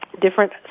Different